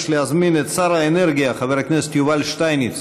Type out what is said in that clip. להזמין את שר האנרגיה חבר הכנסת יובל שטייניץ